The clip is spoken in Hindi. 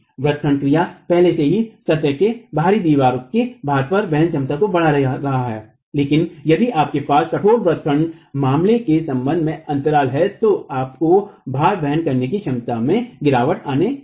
व्रत खंड क्रिया पहले से ही सतह के बाहरी दीवार के भार वहन क्षमता को बढ़ा रहा है लेकिन यदि आपके पास कठोर व्रत खंड मामले के संबंध में अंतराल है तो आपको भार वहन करने की क्षमता में गिरावट आने वाली है